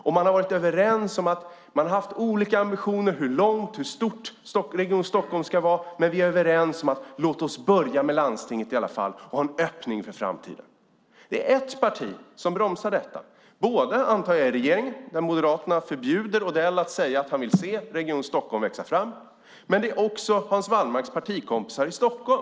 Vi har haft olika ambitioner när det gäller hur långt man ska gå och hur stort Region Stockholm ska vara, men vi är överens om att i alla fall börja med landstinget och få en öppning för framtiden. Det finns ett parti som bromsar detta. Det gäller både i regeringen, antar jag, där Moderaterna förbjuder Odell att säga att han vill se Region Stockholm växa fram och bland Hans Wallmarks partikompisar i Stockholm.